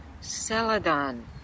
Celadon